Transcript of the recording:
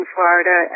Florida